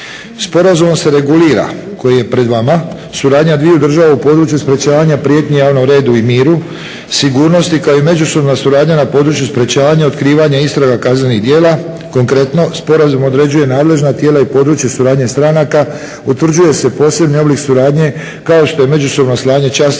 Sporazumom se regulira koji je pred vama, suradnja dviju država u području sprečavanja prijetnji javnom redu i miru, sigurnosti kao i međusobna suradnja na području sprečavanja, otkrivanja i istraga kaznenih djela. Konkretno, sporazum određuje nadležna tijela i područje suradnje stranaka, utvrđuje se posebni oblik suradnje kao što je međusobno slanje časnika